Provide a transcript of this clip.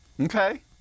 Okay